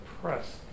press